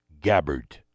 Gabbard